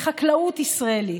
לחקלאות ישראלית,